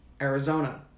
Arizona